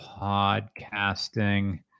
podcasting